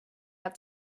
had